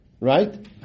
Right